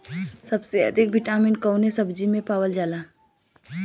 सबसे अधिक विटामिन कवने सब्जी में पावल जाला?